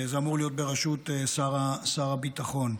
זה אמור להיות בראשות שר הביטחון,